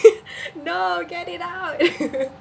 no get it out